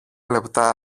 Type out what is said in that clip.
λεπτά